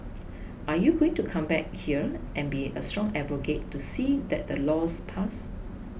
are you going to come back up here and be a strong advocate to see that laws passed